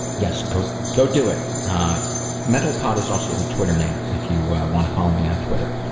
yes, go go do it. at mentalpod is also the twitter name if you want to follow me on twitter.